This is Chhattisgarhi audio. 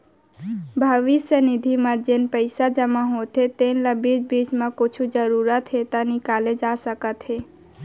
भविस्य निधि म जेन पइसा जमा होथे तेन ल बीच बीच म कुछु जरूरत हे त निकाले जा सकत हे